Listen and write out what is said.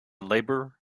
labor